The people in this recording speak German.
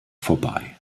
vorbei